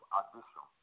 addition